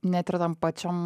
net ir tam pačiam